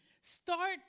Start